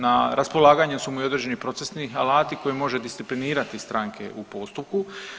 Na raspolaganju su mu i određeni procesni alati kojim može disciplinirati stranke u postupku.